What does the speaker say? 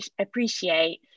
appreciate